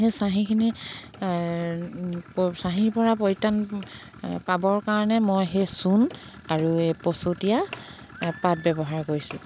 সেই চাহিখিনি চাহিৰ পৰা পৰিত্ৰাণ পাবৰ কাৰণে মই সেই চূণ আৰু এই পচতিয়া পাত ব্যৱহাৰ কৰিছোঁ